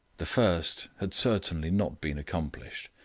the first had certainly not been accomplished,